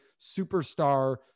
superstar